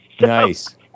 Nice